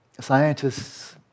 scientists